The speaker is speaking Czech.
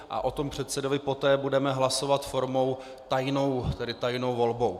O předsedovi poté budeme hlasovat formou tajnou, tedy tajnou volbou.